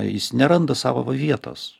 jis neranda savo vietos